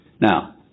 Now